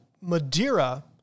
Madeira